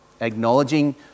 acknowledging